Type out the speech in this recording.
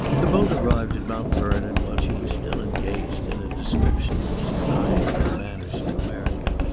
the boat arrived at mount vernon while she was still engaged in a description of the society and manners of america,